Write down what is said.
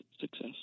success